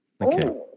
okay